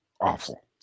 awful